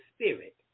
Spirit